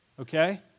okay